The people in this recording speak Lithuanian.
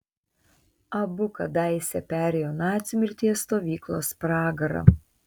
abu kadaise perėjo nacių mirties stovyklos pragarą